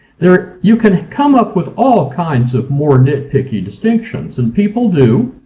there you can come up with all kinds of more nit picky distinctions, and people do,